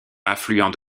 affluent